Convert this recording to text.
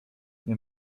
nie